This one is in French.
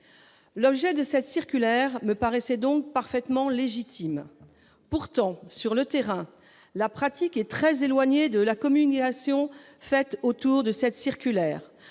L'objet de cette circulaire me paraissait donc parfaitement légitime. Pourtant, sur le terrain, la pratique est très éloignée de la communication, dans la mesure où les équipes